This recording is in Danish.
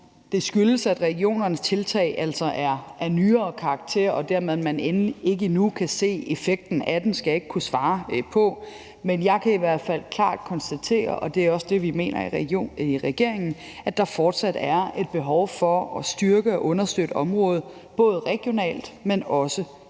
det skyldes, at regionernes tiltag er af nyere karakter, og at man dermed ikke endnu kan se effekten af den, skal jeg ikke kunne svare på, men jeg kan i hvert fald klart konstatere – og det er også det, vi mener i regeringen – at der fortsat er et behov for at styrke og understøtte området, både regionalt, men også nationalt.